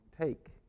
Take